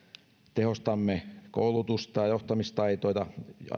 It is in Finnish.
tehostamme koulutusta ja johtamistaitoja